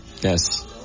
Yes